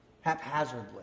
haphazardly